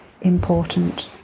important